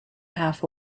half